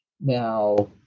Now